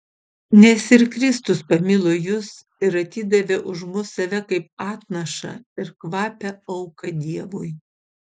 nes ir kristus pamilo jus ir atidavė už mus save kaip atnašą ir kvapią auką dievui